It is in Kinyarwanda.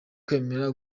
kwemera